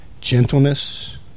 gentleness